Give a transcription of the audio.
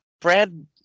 Brad